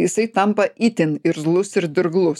jisai tampa itin irzlus ir dirglus